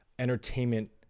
Entertainment